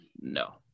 No